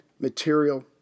material